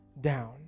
down